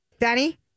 Danny